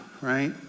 right